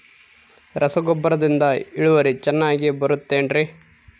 ರಸಗೊಬ್ಬರದಿಂದ ಇಳುವರಿ ಚೆನ್ನಾಗಿ ಬರುತ್ತೆ ಏನ್ರಿ?